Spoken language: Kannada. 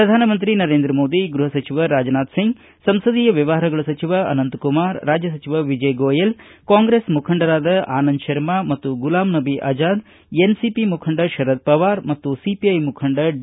ಪ್ರಧಾನಮಂತ್ರಿ ನರೇಂದ್ರ ಮೋದಿ ಗೃಹಸಚಿವ ರಾಜನಾಥ್ ಸಿಂಗ್ ಸಂಸದೀಯ ವ್ಯವಹಾರಗಳ ಸಚಿವ ಅನಂತಕುಮಾರ್ ರಾಜ್ಯ ಸಚಿವ ವಿಜಯ್ ಗೋಯಲ್ ಕಾಂಗ್ರೆಸ್ ಮುಖಂಡರಾದ ಆನಂದ್ ಶರ್ಮಾ ಮತ್ತು ಗುಲಾಮ್ ನಬಿ ಆಜಾದ್ ಎನ್ಸಿಪಿ ಮುಖಂಡ ಶರದ್ ಪವಾರ್ ಮತ್ತು ಸಿಪಿಐ ಮುಖಂಡ ಡಿ